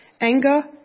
Anger